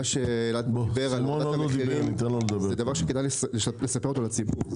אלעד דיבר על --- מחירים זה דבר שכדאי לספר אותו לציבור.